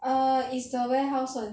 uh is the warehouse [one]